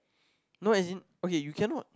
no as in okay you cannot